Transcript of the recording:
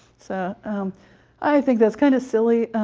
so i think that's kind of silly,